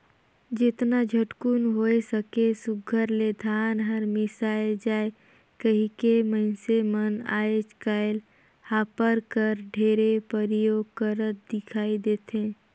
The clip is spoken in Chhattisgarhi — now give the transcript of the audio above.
जेतना झटकुन होए सके सुग्घर ले धान हर मिसाए जाए कहिके मइनसे मन आएज काएल हापर कर ढेरे परियोग करत दिखई देथे